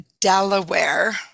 Delaware